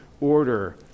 order